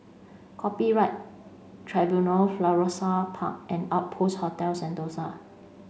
Copyright Tribunal Florissa Park and Outpost Hotel Sentosa